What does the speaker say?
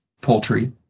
poultry